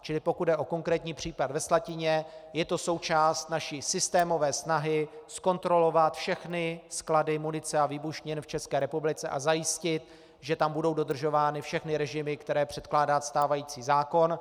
Čili pokud jde o konkrétní případ ve Slatině, je to součást naší systémové snahy zkontrolovat všechny sklady munice a výbušnin v České republice a zajistit, že tam budou dodržovány všechny režimy, které předkládá stávající zákon.